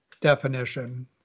definition